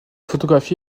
photographie